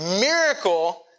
Miracle